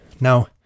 Now